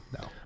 No